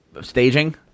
staging